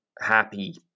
happy